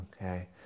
Okay